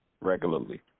regularly